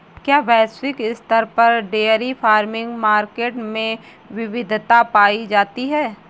क्या वैश्विक स्तर पर डेयरी फार्मिंग मार्केट में विविधता पाई जाती है?